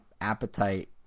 appetite